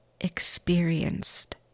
experienced